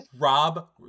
Rob